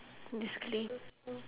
basically